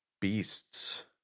beasts